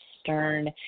Stern